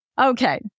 Okay